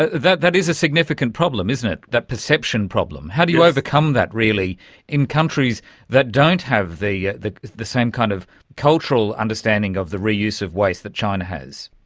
ah that that is a significant problem, isn't it, that perception problem. how do you overcome that really in countries that don't have yeah the the same kind of cultural understanding of the re-use of waste that china has?